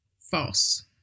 False